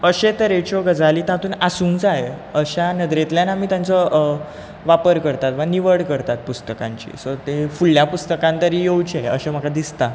अशे तरेच्यो गजाली तातूंत आसूंक जाय अश्या नदरेंतल्यान आमी तांचो वापर करतात वा निवड करतात पुस्तकांची सो ती फुडल्या पुस्तकान तरी येवचें अशें म्हाका दिसता